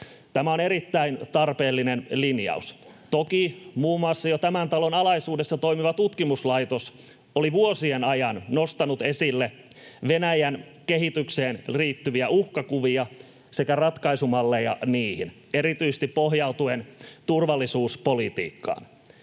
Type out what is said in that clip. Tämä on erittäin tarpeellinen linjaus. Toki muun muassa tämän talon alaisuudessa toimiva tutkimuslaitos oli jo vuosien ajan nostanut esille Venäjän kehitykseen liittyviä uhkakuvia sekä ratkaisumalleja niihin erityisesti pohjautuen turvallisuuspolitiikkaan.